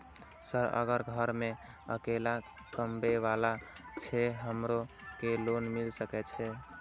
Sir अगर घर में अकेला कमबे वाला छे हमरो के लोन मिल सके छे?